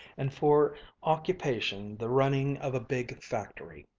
and for occupation the running of a big factory.